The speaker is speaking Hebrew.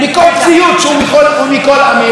מה הפחד הזה שנופל עליכם?